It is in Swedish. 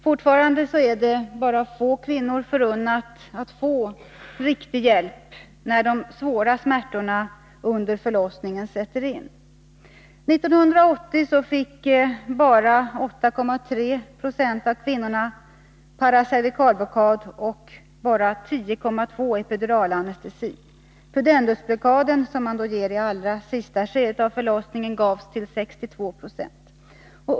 Fortfarande är det få kvinnor förunnat att få riktig hjälp när de svåra smärtorna under förlossningen sätter in. År 1980 fick bara 8,3 Zo av kvinnorna paracervikalblockad och bara 10,2 76 epiduralanestesi. Pudendusblockaden, som man ger i allra sista skedet av förlossningen, gavs till 62 70.